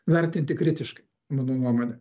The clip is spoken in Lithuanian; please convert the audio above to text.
vertinti kritiškai mano nuomone